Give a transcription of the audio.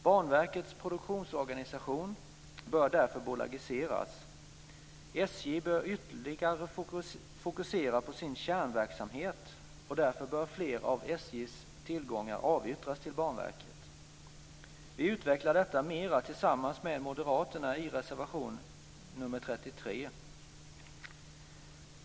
Banverkets produktionsorganisation bör därför bolagiseras. SJ bör ytterligare fokusera på sin kärnverksamhet, och därför bör fler av SJ:s tillgångar avyttras till Banverket. Vi utvecklar detta mera tillsammans med moderaterna i reservation nr 33.